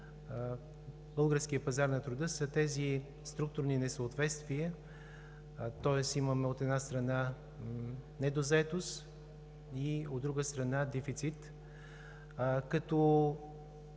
българския пазар на труда са тези структурни несъответствия. Тоест имаме, от една страна, недозаетост, и, от друга страна, дефицит.